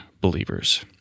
believers